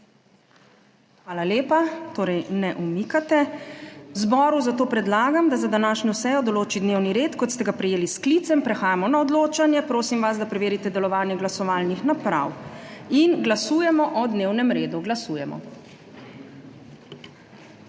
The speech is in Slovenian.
Hvala lepa. Torej ne umikate. Zboru zato predlagam, da za današnjo sejo določi dnevni red, kot ste ga prejeli s sklicem. Prehajamo na odločanje. Prosim vas, da preverite delovanje glasovalnih naprav in glasujemo o dnevnem redu. Glasujemo.